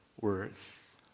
worth